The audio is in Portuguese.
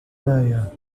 areia